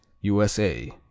USA